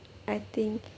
I think